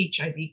HIV